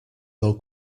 del